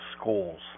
schools